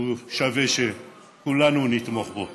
הוא שווה שכולנו נתמוך בו.